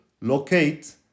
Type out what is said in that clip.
locate